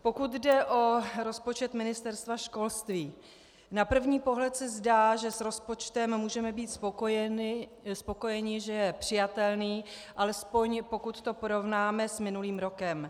Pokud jde o rozpočet Ministerstva školství, na první pohled se zdá, že s rozpočtem můžeme být spokojeni, že je přijatelný, alespoň pokud to porovnáme s minulým rokem.